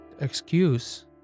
excuse